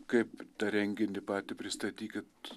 kaip tą renginį patį pristatykit